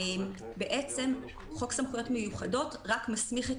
בעצם חוק סמכויות מיוחדות רק מסמיך את